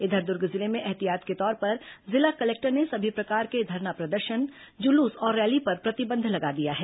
इधर दुर्ग जिले में ऐहतियात के तौर पर जिला कलेक्टर ने सभी प्रकार के धरना प्रदर्शन जुलूस और रैली पर प्रतिबंध लगा दिया है